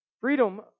Freedom